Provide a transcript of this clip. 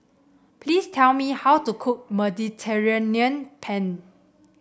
please tell me how to cook Mediterranean Penne